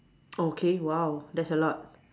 okay !wow! that's a lot